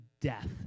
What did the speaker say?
death